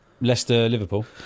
Leicester-Liverpool